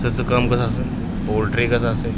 سٕژٕ کٲم گٔژھ آسٕنۍ پولٹری گٔژھ آسٕنۍ